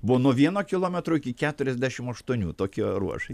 buvo nuo vieno kilometro iki keturiasdešim aštuonių tokie ruožai